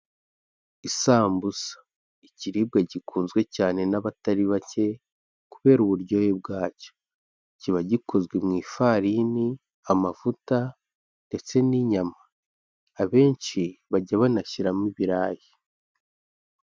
Isambusa, ikiribwa gikunzwe cyane n'abatari bake kubera uburyohe bwacyo; kiba gikozwe mu ifarini amavuta ndetse n'inyama abenshi bajya banashyiramo ibirayi.